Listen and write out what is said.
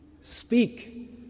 speak